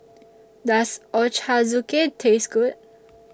Does Ochazuke Taste Good